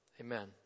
Amen